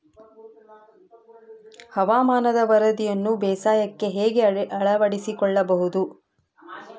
ಹವಾಮಾನದ ವರದಿಯನ್ನು ಬೇಸಾಯಕ್ಕೆ ಹೇಗೆ ಅಳವಡಿಸಿಕೊಳ್ಳಬಹುದು?